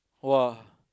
!wah!